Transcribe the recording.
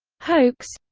hoax